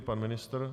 Pan ministr?